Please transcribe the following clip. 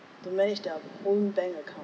to manage their own bank account